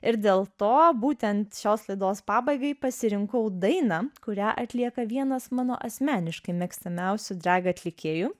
ir dėl to būtent šios laidos pabaigai pasirinkau dainą kurią atlieka vienas mano asmeniškai mėgstamiausių dreg atlikėjų